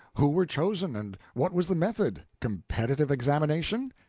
who were chosen, and what was the method? competitive examination?